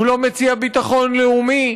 הוא לא מציע ביטחון לאומי,